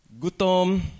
Gutom